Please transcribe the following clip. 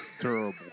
Terrible